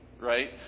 right